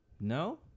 No